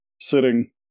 sitting